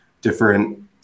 different